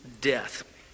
death